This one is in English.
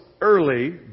early